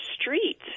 street